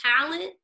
talent